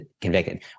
convicted